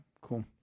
cool